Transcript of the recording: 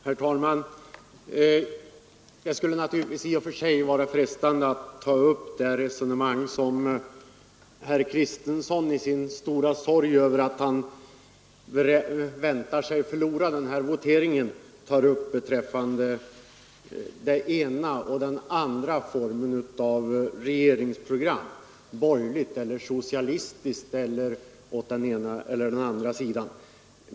Herr talman! Det skulle naturligtvis i och för sig vara frestande att ta upp det resonemang som herr Kristenson i sin stora sorg över att han väntar sig att förlora den här voteringen för beträffande den ena och den andra formen av regeringsprogram — borgerligt eller socialistiskt, åt det ena eller det andra hållet.